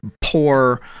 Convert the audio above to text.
poor